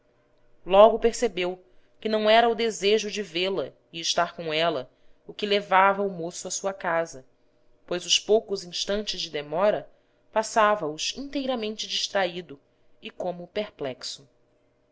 logo percebeu que não era o desejo de vê-la e estar com ela o que levava o moço à sua casa pois os poucos instantes de demora passava-os inteiramente distraído e como perplexo